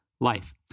life